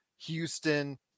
houston